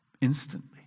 Instantly